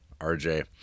RJ